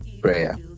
prayer